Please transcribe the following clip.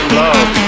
love